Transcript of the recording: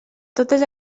totes